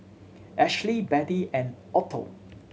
Ashlie Betty and Otho